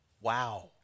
Wow